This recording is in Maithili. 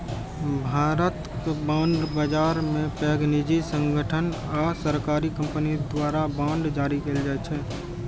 भारतक बांड बाजार मे पैघ निजी संगठन आ सरकारी कंपनी द्वारा बांड जारी कैल जाइ छै